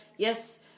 Yes